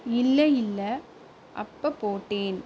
இல்லை இல்லை அப்போ போட்டேன்